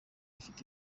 afite